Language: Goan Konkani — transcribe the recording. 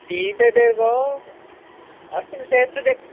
तियी पेड्डेर गो अशें कशें तूं तेका